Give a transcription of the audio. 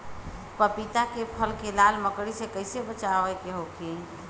पपीता के फल के लाल मकड़ी से कइसे बचाव होखि?